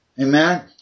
Amen